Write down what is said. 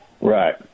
Right